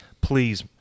Please